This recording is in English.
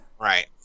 Right